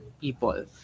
people